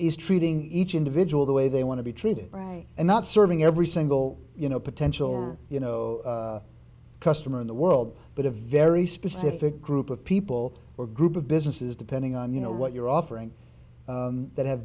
is treating each individual the way they want to be treated and not serving every single you know potential you know customer in the world but a very specific group of people or group of businesses depending on you know what you're offering that have